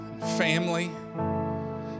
family